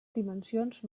dimensions